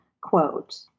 quote